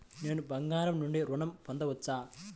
నేను బంగారం నుండి ఋణం పొందవచ్చా?